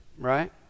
right